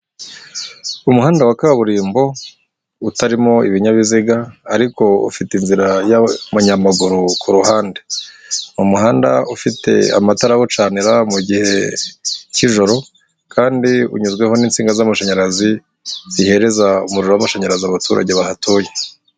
Umuhanda wa kaburimbo, utarimo ibinyabiziga ariko ufite inzira y'abanyamaguru ku ruhande. Umuhanda ufite amatara awucanira mu gihe cy'ijoro kandi unyuzweho n'insinga z'amashanyarazi, zihereza umuriro w'amashanyarazi abaturage bahatuye.